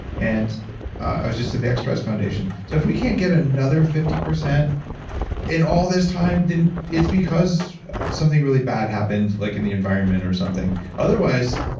and i was just at the xprize foundation. so if we can't get another fifty percent in all this time, then it's because something really bad happens like in the environment or something otherwise,